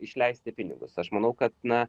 išleisti pinigus aš manau kad na